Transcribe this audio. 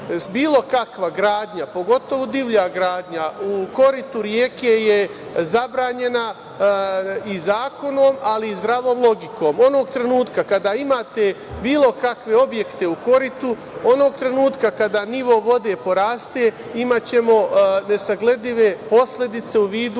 Bilo kakva gradnja, pogotovo divlja gradnja u koritu reke je zabranjena i zakonom ali i zdravom logikom. Onog trenutka kada imate bilo kakve objekte u koritu, onog trenutka kada nivo vode poraste, imaćemo nesagledive posledice u vidu